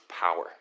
power